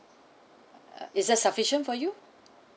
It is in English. is that sufficient for you